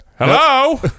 Hello